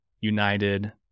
United